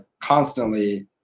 constantly